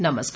नमस्कार